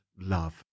love